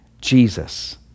Jesus